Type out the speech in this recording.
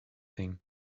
thing